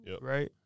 right